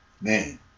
Man